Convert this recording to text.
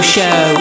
Show